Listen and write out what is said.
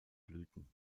blüten